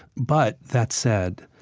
but that said,